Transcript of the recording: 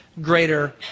greater